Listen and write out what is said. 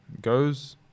goes